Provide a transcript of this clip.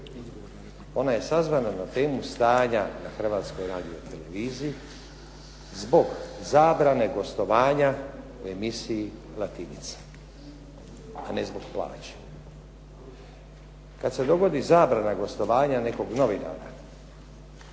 Ona je sazvana na temu stanja na Hrvatskoj radioteleviziji zbog zabrane gostovanja u emisiji "Latinica", a ne zbog plaće. Kad se dogodi zabrana gostovanja nekog novinara,